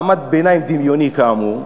מעמד ביניים דמיוני כאמור,